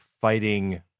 fighting